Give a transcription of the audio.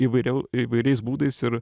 įvairiau įvairiais būdais ir